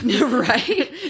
Right